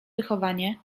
wychowanie